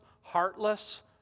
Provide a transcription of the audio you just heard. heartless